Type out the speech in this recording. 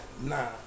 nah